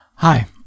Hi